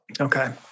okay